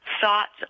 thoughts